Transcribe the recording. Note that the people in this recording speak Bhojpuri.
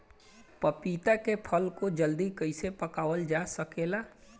पपिता के फल को जल्दी कइसे पकावल जा सकेला?